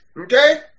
Okay